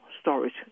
storage